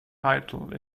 title